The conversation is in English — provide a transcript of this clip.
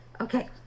Okay